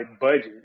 budget